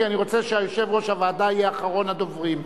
כי אני רוצה שיושב-ראש הוועדה יהיה אחרון הדוברים.